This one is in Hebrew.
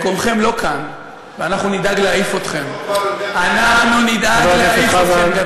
מקומכם לא כאן, ואנחנו נדאג להעיף אתכם.